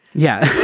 yeah.